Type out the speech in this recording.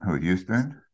Houston